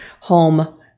home